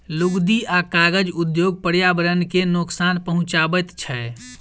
लुगदी आ कागज उद्योग पर्यावरण के नोकसान पहुँचाबैत छै